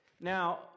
Now